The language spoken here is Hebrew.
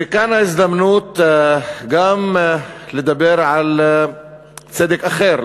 וכאן ההזדמנות גם לדבר על צדק אחר,